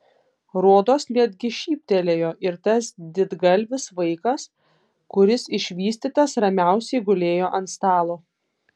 rodos netgi šyptelėjo ir tas didgalvis vaikas kuris išvystytas ramiausiai gulėjo ant stalo